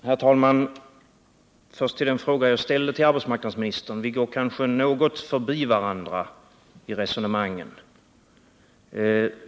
Herr talman! Först till den fråga jag ställde till arbetsmarknadsministern. Vi går kanske något förbi varandra i resonemangen.